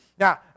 Now